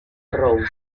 rose